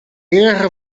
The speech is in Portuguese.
guerra